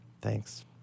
Thanks